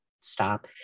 stop